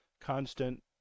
constant